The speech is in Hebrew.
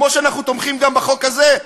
כמו שאנחנו תומכים גם בחוק הזה,